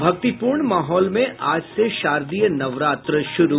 और भक्तिपूर्ण माहौल में आज से शारदीय नवरात्र शुरू